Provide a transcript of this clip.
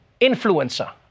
influencer